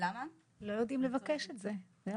הם לא יודעים לבקש את זה.